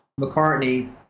McCartney